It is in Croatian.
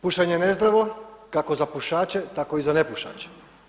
Pušenje je nezdravo, kako za pušače, tako i za nepušače.